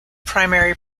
primary